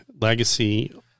legacy